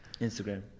instagram